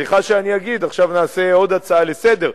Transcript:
סליחה שאני אגיד, עכשיו נעשה עוד הצעה לסדר-היום.